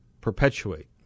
perpetuate